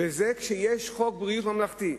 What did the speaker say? וזה כשיש חוק ביטוח בריאות ממלכתי.